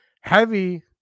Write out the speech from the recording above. Heavy